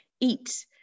eat